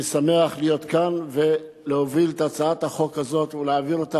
אני שמח להיות כאן ולהוביל את הצעת החוק הזאת ולהעביר אותה